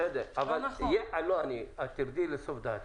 בסדר, אבל תרדי לסוף דעתי,